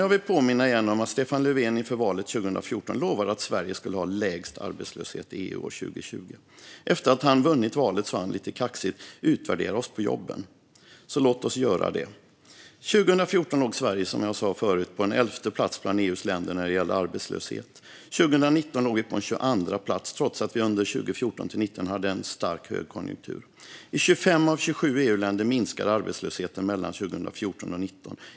Jag vill påminna igen om att Stefan Löfven inför valet 2014 lovade att Sverige skulle ha lägst arbetslöshet i EU år 2020. Efter att han vunnit valet sa han lite kaxigt: Utvärdera oss på jobben! Så låt oss göra det: År 2014 låg Sverige, som jag sa förut, på 11:e plats bland EU:s länder när det gällde arbetslöshet. År 2019 låg Sverige på 22:a plats trots att vi under åren 2014-2019 hade en stark högkonjunktur. I 25 av 27 EU-länder minskade arbetslösheten mellan 2014 och 2019.